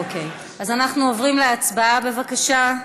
אוקיי, אז אנחנו עוברים להצבעה, בבקשה.